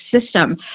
system